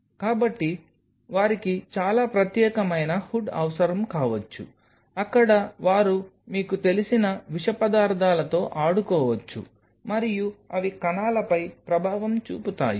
కాబట్టి వారికి చాలా ప్రత్యేకమైన హుడ్ అవసరం కావచ్చు అక్కడ వారు మీకు తెలిసిన విష పదార్థాలతో ఆడుకోవచ్చు మరియు అవి కణాలపై ప్రభావం చూపుతాయి